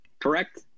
correct